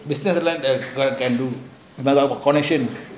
they sell light connection